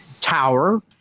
tower